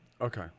Okay